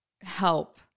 help